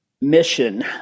mission